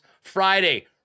Friday